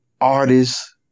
artists